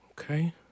Okay